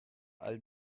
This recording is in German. all